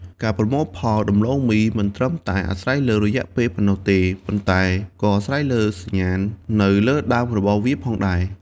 ការប្រមូលផលដំឡូងមីមិនត្រឹមតែអាស្រ័យលើរយៈពេលប៉ុណ្ណោះទេ ប៉ុន្តែក៏អាស្រ័យលើសញ្ញាណនៅលើដើមរបស់វាផងដែរ។